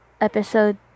episode